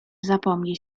zapomni